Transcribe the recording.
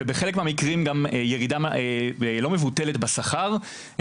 ובחלק מהמקרים גם ירידה לא מבוטלת בשכר.